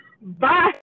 bye